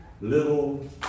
little